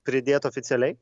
pridėt oficialiai